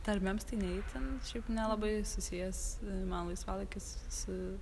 tarmėms tai ne itin šiaip nelabai susijęs mano laisvalaikis su